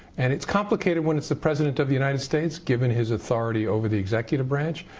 and it's complicated when it's the president of the united states, given his authority over the executive branch.